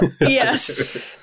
Yes